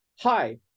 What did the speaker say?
hi